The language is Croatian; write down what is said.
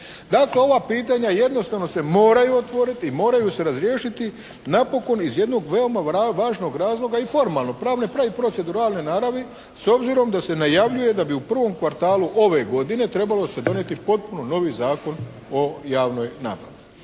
Dakle, ova pitanja jednostavno se moraju otvoriti i moraju se razriješiti napokon iz jednog veoma važnog razloga i formalno pravne proceduralne naravi s obzirom da se najavljuje da bi u prvom kvartalu ove godine trebalo se donijeti potpuno novi Zakon o javnoj nabavi.